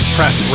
Press